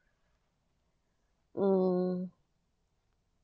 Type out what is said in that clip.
mm